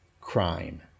crime